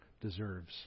deserves